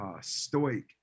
stoic